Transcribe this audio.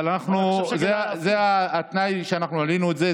אבל זה התנאי שאנחנו העלינו את זה,